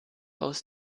aus